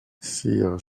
sir